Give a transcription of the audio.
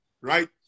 right